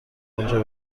اونجا